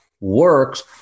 works